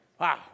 Wow